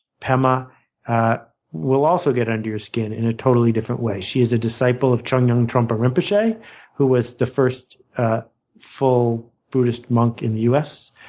pema will also get under your skin in a totally different way. she is a disciple of chogyam trungpa rinpoche, who was the first ah full buddhist monk in the u s.